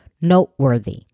noteworthy